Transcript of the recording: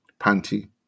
panty